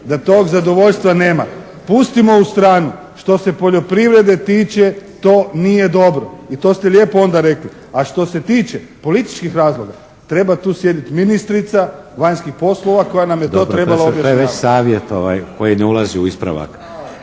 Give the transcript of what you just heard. da tog zadovoljstva nema, pustimo u stranu. Što se poljoprivrede tiče to nije dobro i to ste lijepo onda rekli. A što se tiče političkih razloga, treba tu sjediti ministrica vanjskih poslova koja nam je to treba objašnjavati.